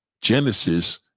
Genesis